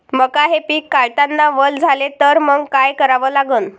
मका हे पिक काढतांना वल झाले तर मंग काय करावं लागन?